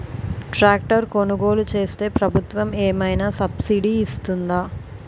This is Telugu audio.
ట్రాక్టర్ కొనుగోలు చేస్తే ప్రభుత్వం ఏమైనా సబ్సిడీ ఇస్తుందా?